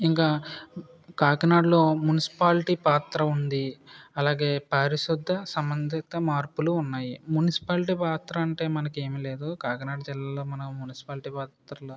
ఇంకా కాకినాడలో మున్సిపాలిటీ పాత్ర ఉంది అలాగే పారిశుద్ద సంబంధిత మార్పులు ఉన్నాయి మున్సిపాలిటీ పాత్ర అంటే మనకి ఏమి లేదు కాకినాడ జిల్లాలో మనం మున్సిపాలిటీ పాత్రలు